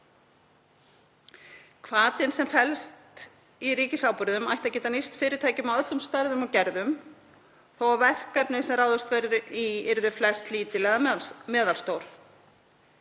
Hvatinn sem felst í ríkisábyrgðum ætti að geta nýst fyrirtækjum af öllum stærðum og gerðum þótt verkefnin sem ráðist yrði í yrðu flest lítil eða meðalstór.